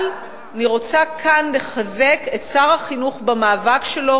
אבל אני רוצה כאן לחזק את שר החינוך במאבק שלו